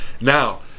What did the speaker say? Now